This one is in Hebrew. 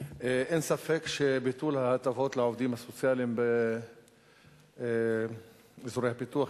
אין ספק שביטול ההטבות לעובדים הסוציאליים באזורי הפיתוח,